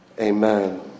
Amen